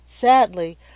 Sadly